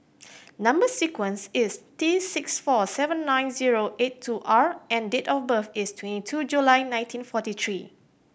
number sequence is T six four sevent nine zero eight two R and date of birth is twenty two July nineteen forty three